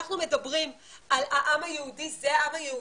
כשאנחנו מדברים על העם היהודי זה העם היהודי.